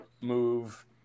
move